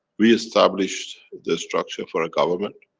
we established the structure for a government,